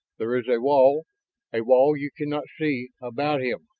there is a wall a wall you cannot see about him,